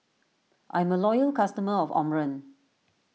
I'm a loyal customer of Omron